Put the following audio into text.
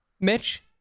Mitch